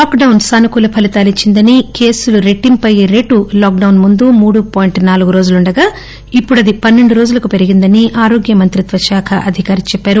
lockdown సానుకూల ఫలితాలను ఇచ్చిందని కేసులు రెట్టింపై ఎర్రటి లాక్డొన్ ముందు మూడు పాయింట్ నాలుగు రోజులుండగా ఇప్పుడు అది పస్పెండు రోజులకు పెరిగిందని ఆరోగ్యమంత్రిత్వ శాఖ అధికారి చెప్పారు